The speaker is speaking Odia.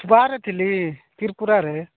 ସୁବାରେ ଥିଲି ତ୍ରିପୁରାରେ